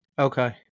Okay